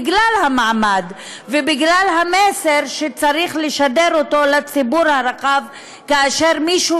בגלל המעמד ובגלל המסר שצריך לשדר לציבור הרחב כאשר מישהו